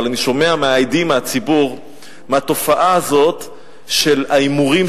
אבל אני שומע הדים מהציבור על התופעה הזאת של ההימורים,